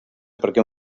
perquè